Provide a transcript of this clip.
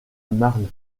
marne